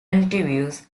interviews